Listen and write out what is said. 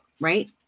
right